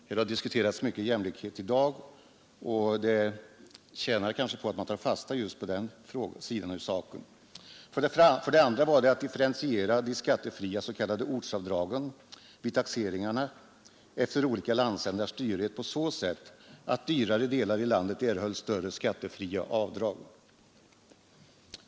Här har diskuterats mycket jämlikhet i dag, och det är kanske värt att ta fasta på just den sidan av den här saken. Syftet var för det andra att differentiera de skattefria s.k. ortsavdragen vid taxeringarna efter olika landsändars dyrhet på så sätt att dyrare delar i landet erhöll större skattefria avdrag.